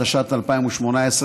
התשע"ט 2018,